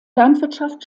landwirtschaft